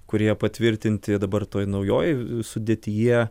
kurie patvirtinti dabar toj naujoj sudėtyje